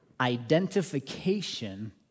identification